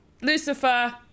Lucifer